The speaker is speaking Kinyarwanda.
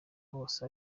hose